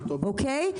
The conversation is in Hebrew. אוקיי?